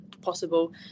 possible